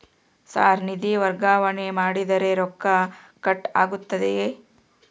Sir ನಿಧಿ ವರ್ಗಾವಣೆ ಮಾಡಿದರೆ ರೊಕ್ಕ ಕಟ್ ಆಗುತ್ತದೆಯೆ?